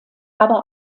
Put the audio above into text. aber